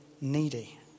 needy